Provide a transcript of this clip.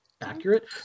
accurate